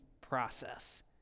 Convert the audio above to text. process